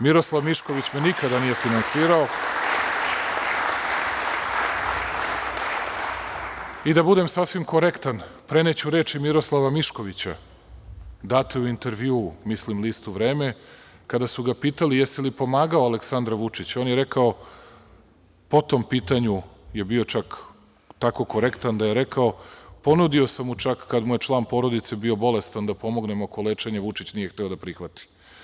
Miroslav Mišković me nikada nije finansirao i da budem sasvim korektan, preneću reči Miroslava Miškovića, date u intervjuu, mislim u listu Vreme, kada su ga pitali – jesi li pomagao Aleksandra Vučića, on je rekao po tom pitanju, je bio, čak, tako korektan da je rekao - ponudio sam mu čak kada mu je član porodice bio bolestan, da pomognem oko lečenja, Vučić nije hteo da prihvati.